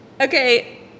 Okay